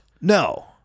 No